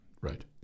right